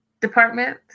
Department